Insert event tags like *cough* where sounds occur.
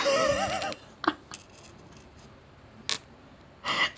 *laughs*